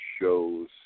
shows